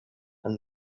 and